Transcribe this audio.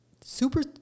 super